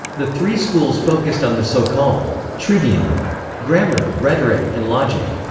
the three schools focused on the so-called trivium grammar, rhetoric, and logic.